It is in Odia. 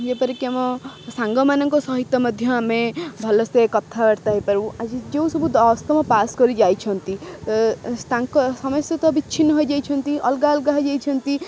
ଯେପରିକି ଆମ ସାଙ୍ଗମାନଙ୍କ ସହିତ ମଧ୍ୟ ଆମେ ଭଲସେ କଥାବାର୍ତ୍ତା ହେଇପାରୁ ଆଜି ଯେଉଁ ସବୁ ଦଶମ ପାସ୍ କରି ଯାଇଛନ୍ତି ତାଙ୍କ ସମସ୍ତେ ତ ବିଚ୍ଛିନ୍ନ ହେଇଯାଇଛନ୍ତି ଅଲଗା ଅଲଗା ହେଇଯାଇଛନ୍ତି